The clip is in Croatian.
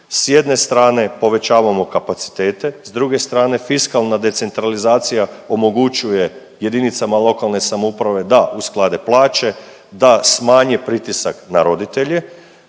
s jedne strane povećavamo kapacitete, s druge strane fiskalna decentralizacija omogućuje jedinicama lokalne samouprave da usklade plaće, da smanje pritisak na roditelje.